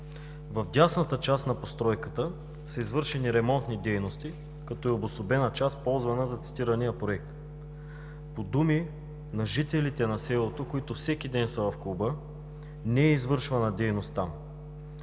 В дясната част на постройката са извършени ремонтни дейности, като е обособена част, ползвана за цитирания проект. По думи на жителите на селото, които всеки ден са в клуба, не е извършвана дейност там